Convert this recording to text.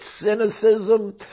cynicism